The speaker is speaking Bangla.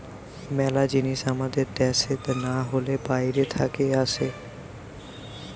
মেলা জিনিস আমাদের দ্যাশে না হলে বাইরে থাকে আসে